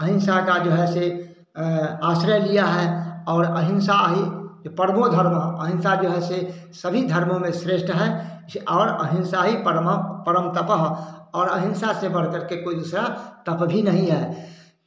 अहिंसा का जो है से आश्रय लिया है और अहिंसा ही परबोधर्मा अहिंसा जो है से सभी धर्मों में श्रेष्ठ है यह और अहिंसा ही परमा परम तपः और अहिंसा से बढ़कर के कोई सा तप ही नहीं है